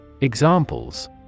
Examples